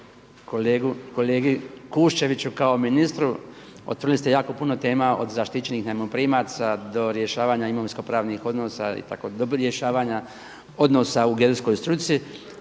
kolegi Kuščeviću kao ministru, otvorili ste jako puno tema od zaštićenih najmoprimaca do rješavanja imovinskopravnih odnosa do rješavanja odnosa u geodetskoj struci.